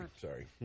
Sorry